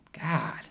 God